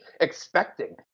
expecting